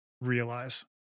realize